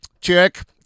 check